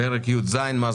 פרק י"ז: מס